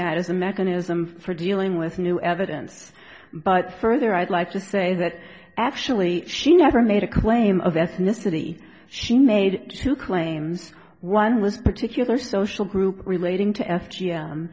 that as a mechanism for dealing with new evidence but further i'd like to say that actually she never made a claim of ethnicity she made two claims one with particular social group relating to s g